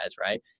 right